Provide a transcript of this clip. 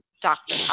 doctor